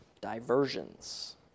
diversions